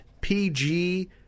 PG